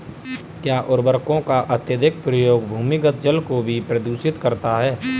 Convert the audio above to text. क्या उर्वरकों का अत्यधिक प्रयोग भूमिगत जल को भी प्रदूषित करता है?